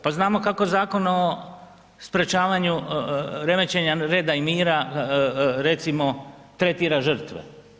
Pa znamo kako Zakon o sprječavanju remećenja reda i mira, recimo tretira žrtve.